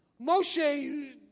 Moshe